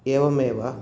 एवमेव